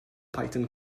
python